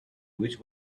which